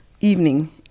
evening